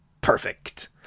Perfect